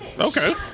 Okay